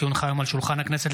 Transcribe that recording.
כי הונחה היום על שולחן הכנסת,